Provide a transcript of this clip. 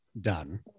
done